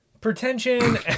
pretension